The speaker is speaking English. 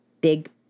big